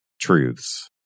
truths